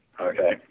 okay